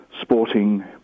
sporting